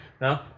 no